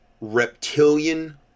reptilian